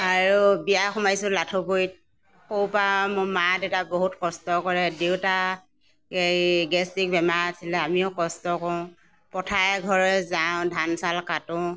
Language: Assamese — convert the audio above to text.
আৰু বিয়া সোমাইছোঁ লাঠুগুৰিত সৰুপৰা মোৰ মা দেউতা বহুত কষ্ট কৰে দেউতা এই গেষ্টিক বেমাৰ আছিলে আমিও কষ্ট কৰোঁ পথাৰে ঘৰে যাওঁ ধান চাউল কাটোঁ